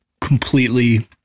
completely